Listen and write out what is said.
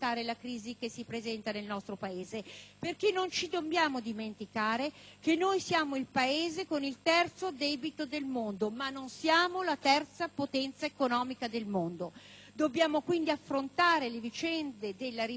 Paese. Non dobbiamo infatti dimenticare che siamo il Paese con il terzo debito del mondo, ma non siamo la terza potenza economica del mondo. Dobbiamo quindi affrontare le vicende della ripresa dell'economia nel nostro Paese